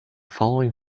following